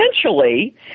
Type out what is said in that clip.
essentially